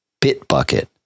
Bitbucket